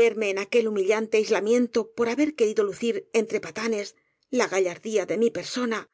ver me en aquel humillante aislamiento por haber que rido lucir entre patanes la gallardía de mi persona